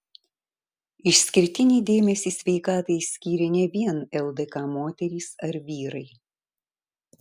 išskirtinį dėmesį sveikatai skyrė ne vien ldk moterys ar vyrai